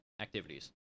activities